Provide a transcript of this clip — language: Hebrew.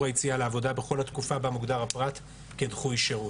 היציאה לעבודה בכל התקופה בה מוגדר הפרט כדחוי שירות.